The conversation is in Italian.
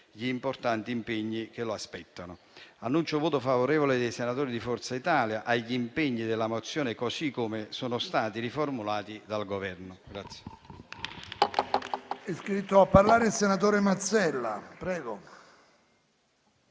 gli importanti impegni che lo aspettano. Annuncio pertanto il voto favorevole dei senatori di Forza Italia sugli impegni della mozione così come sono stati riformulati dal Governo.